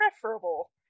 preferable